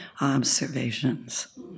observations